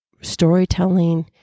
storytelling